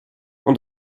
und